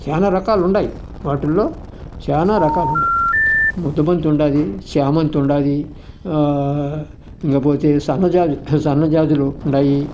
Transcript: చానా రకాలుండాయ్ వాటిలో చానా రకాలుండాయ్ ముద్దబంతి ఉండాది చామంతి ఉండాది ఇంకపోతే సన్న జాజి సన్న జాజులున్నాయి